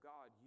God